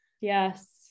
Yes